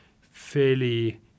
fairly